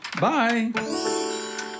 Bye